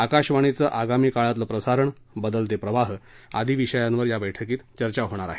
आकाशवाणीचं आगामी काळातलं प्रसारण बदलते प्रवाह आदी विषयांवर या बैठकीत चर्चा होणार आहे